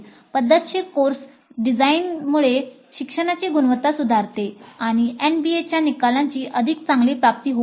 पद्धतशीर कोर्स डिझाइनमुळे शिक्षणाची गुणवत्ता सुधारते आणि एनबीएच्या निकालांची अधिक चांगली प्राप्ती होऊ शकते